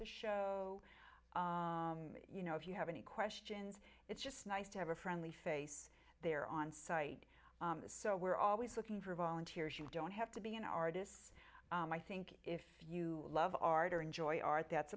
the show you know if you have any questions it's just nice to have a friendly face there on site so we're always looking for volunteers you don't have to be an artist i think if you love art or enjoy art that's